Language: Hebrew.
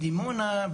בדימונה,